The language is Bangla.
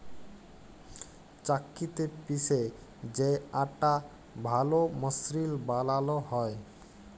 চাক্কিতে পিসে যে আটা ভাল মসৃল বালাল হ্যয়